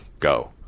go